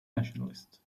nationalists